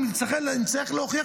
אם נצטרך להוכיח,